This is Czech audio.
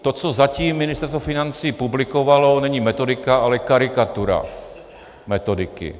To, co zatím Ministerstvo financí publikovalo, není metodika, ale karikatura metodiky.